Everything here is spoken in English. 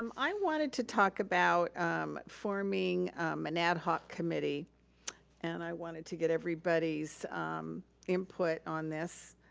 um i wanted to talk about forming an ad hoc committee and i wanted to get everybody's input on this.